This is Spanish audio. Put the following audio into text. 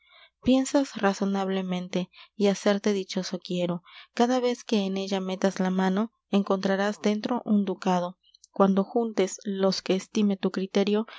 piensas razonablemente y hacerte dichoso quiero cada vez que en ella metas la mano encontrarás dentro un ducado cuando juntes los que estime tu criterio